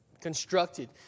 constructed